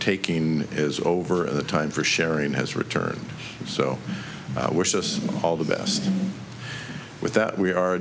taking is over the time for sharing has returned so i wish us all the best with that we are